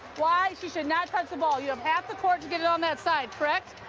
why, she should not touch the ball you have half the court to get it on that side, correct?